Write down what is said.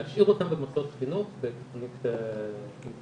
להשאיר אותם במוסדות החינוך בתכנית אינטנסיבית.